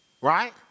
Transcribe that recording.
right